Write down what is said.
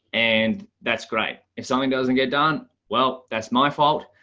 and that's great. if something doesn't get done, well, that's my fault.